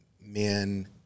men